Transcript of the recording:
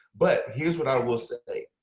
but here's what i will say.